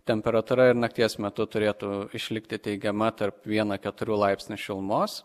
temperatūra ir nakties metu turėtų išlikti teigiama tarp vieno keturių laipsnių šilumos